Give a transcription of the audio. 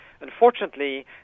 Unfortunately